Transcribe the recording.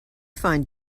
find